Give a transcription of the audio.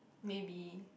maybe